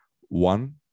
One